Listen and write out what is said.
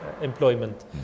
employment